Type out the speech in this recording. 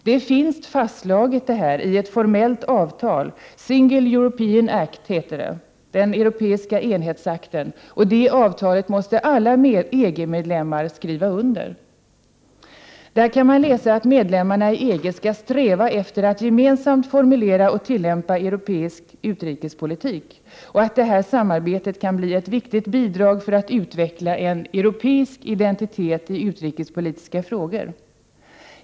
Det finns fastslaget i ett formellt avtal, ”Single European Act”, den europeiska enhetsakten. Det avtalet måste alla EG-medlemmar skriva under. Där kan man läsa att medlemmarna i EG skall sträva efter att ”gemensamt formulera och tillämpa europeisk utrikespolitik” och att detta samarbete kan bli ett viktigt bidrag för att utveckla en europeisk identitet i utrikespolitiska frågor.